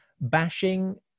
bashing